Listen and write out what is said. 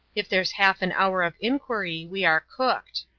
if there's half an hour of inquiry, we are cooked.